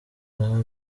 dogg